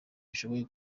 bishoboye